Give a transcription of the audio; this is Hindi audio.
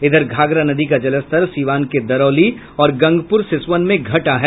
इधर घाघरा नदी का जलस्तर सीवान के दरौली और गंगप्र सिसवन में घटा है